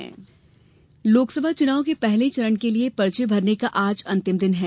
नामांकन लोकसभा चुनाव के पहले चरण के लिए पर्चे भरने का आज अंतिम दिन है